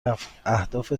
اهداف